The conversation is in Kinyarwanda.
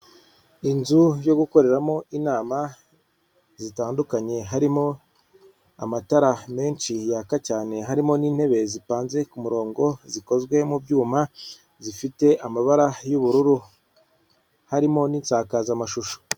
Inzu yo gukoreramo inama zitandukanye, harimo amatara menshi yaka cyane, harimo n'intebe zipanze ku murongo zikozwe mu byuma zifite amabara y'ubururu, harimo n'isakazamashusho.